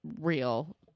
real